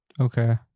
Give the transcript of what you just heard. Okay